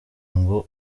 ngo